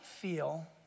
feel